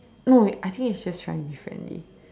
no I think he's just trying to be friendly